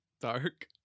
dark